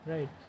Right